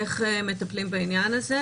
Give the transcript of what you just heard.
איך מטפלים בעניין הזה?